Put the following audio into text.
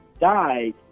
died